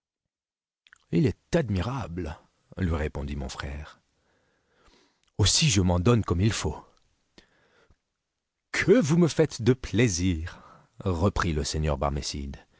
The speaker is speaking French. ii est admirable lui répondit mon frère aussi je m'en donne comme il faut que vous me faites de plaisir reprit le seigneur